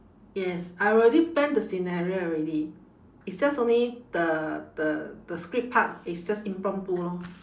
yes I already plan the scenario already it's just only the the the script part is just impromptu lor